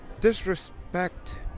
disrespect